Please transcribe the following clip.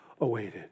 awaited